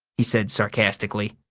he said sarcastically.